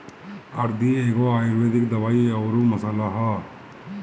हरदी एगो आयुर्वेदिक दवाई अउरी मसाला हअ